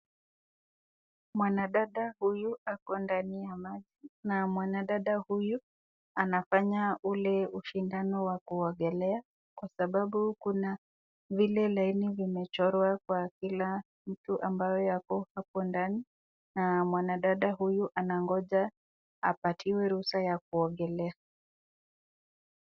Mwanadada huyu ako ndani ya maji na mwanadada huyu anafanya ule ushindano wa kuogelea kwa sababu kuna vile laini vimechorwa kwa kila mtu ambayo yapo hapo ndani na mwanadada huyu anangoja apatiwe ruhusa ya kuogelea.